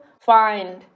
find